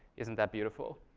isn't that beautiful?